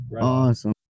awesome